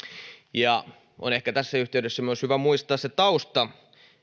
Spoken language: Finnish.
on ehkä tässä yhteydessä myös hyvä muistaa se tausta